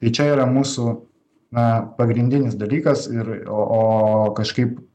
tai čia yra mūsų na pagrindinis dalykas ir o o kažkaip